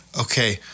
Okay